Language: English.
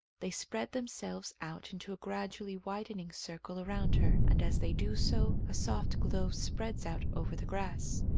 they spread themselves out into a gradually widening circle around her, and as they do so, a soft glow spreads out over the grass.